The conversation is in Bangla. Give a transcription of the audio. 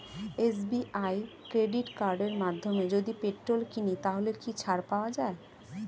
এস.বি.আই ক্রেডিট কার্ডের মাধ্যমে যদি পেট্রোল কিনি তাহলে কি ছাড় পাওয়া যায়?